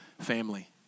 family